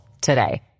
today